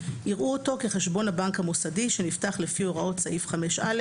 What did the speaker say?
יראו אותו כחשבון הבנק המוסדי שנפתח לפי הוראות סעיף 5א